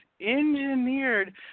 engineered